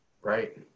Right